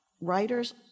writers